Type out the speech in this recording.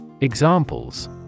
Examples